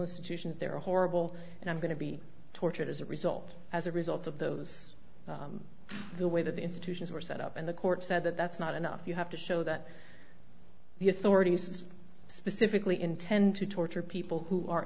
institutions they're horrible and i'm going to be tortured as a result as a result of those the way that the institutions were set up and the court said that that's not enough you have to show that the authorities specifically intend to torture people who are